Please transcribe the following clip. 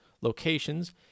locations